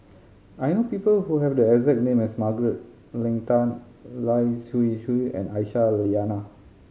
I know people who have the exact name as Margaret Leng Tan Lai Siu Chiu and Aisyah Lyana